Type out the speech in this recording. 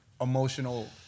emotional